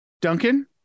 Duncan